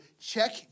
check